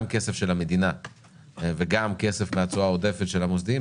גם כסף של המדינה וגם כסף מהתשואה העודפת של המוסדיים,